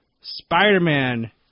Spider-Man